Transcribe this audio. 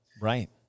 Right